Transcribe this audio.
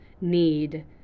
need